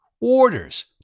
Orders